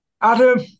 Adam